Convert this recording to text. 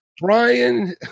Brian